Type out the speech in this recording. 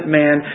man